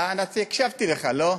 אתה, הקשבתי לך, לא?